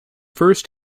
first